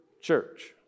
church